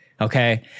Okay